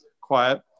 quiet